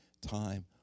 time